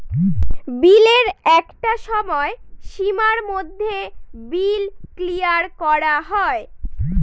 বিলের একটা সময় সীমার মধ্যে বিল ক্লিয়ার করা হয়